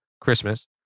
Christmas